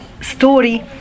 story